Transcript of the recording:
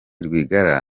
rwigara